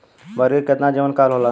बकरी के केतना जीवन काल होला?